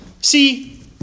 See